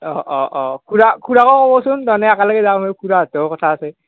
অ' অ' অ' খুড়া খুড়াকো ক'বচোন তাৰমানে একেলগে যাম খুড়াহঁতৰো কথা আছে